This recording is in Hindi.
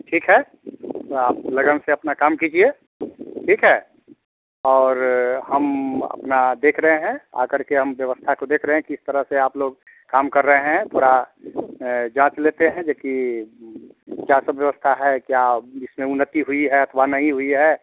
ठीक है आप लगन से अपना काम कीजिए ठीक है और हम अपना देख रहे हैं आ करके हम व्यवस्था को देख रहे हैं किस तरह से आप लोग काम कर रहे हैं थोड़ा जाँच लेते हैं जो कि क्या सब व्यवस्था है क्या जिसमें उन्नति हुई है अथवा नहीं हुई है